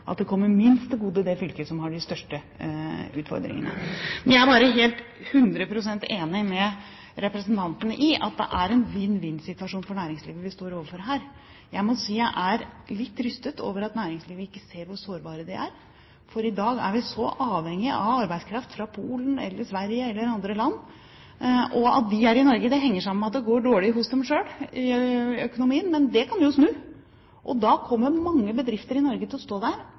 at det kommer det fylket som har de største utfordringene, minst til gode. Jeg er 100 pst. enig med representanten i at det er en vinn-vinn-situasjon for næringslivet vi står overfor her. Jeg må si jeg er litt rystet over at næringslivet ikke ser hvor sårbare de er, for i dag er vi avhengig av arbeidskraft fra Polen eller Sverige eller andre land. At de er i Norge, henger sammen med at det går dårlig med økonomien hos dem selv, men det kan jo snu, og da kommer mange bedrifter i Norge til å stå der